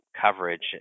coverage